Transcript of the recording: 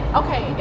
okay